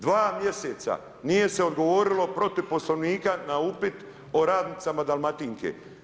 Dva mjeseca nije se odgovorilo protiv Poslovnika na upit o radnicama Dalmatinke.